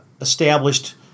established